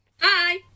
Hi